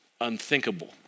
unthinkable